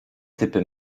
typy